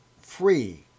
free